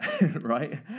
right